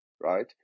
right